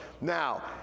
Now